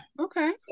Okay